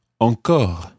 encore